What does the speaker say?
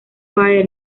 fire